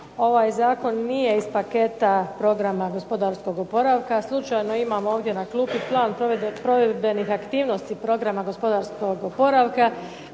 Ovaj zakon nije iz paketa gospodarskog oporavka, slučajno imam ovdje na klupi plan provedbenih aktivnosti programa gospodarskog oporavka,